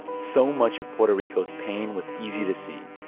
so much of puerto rico's pain was easy to see,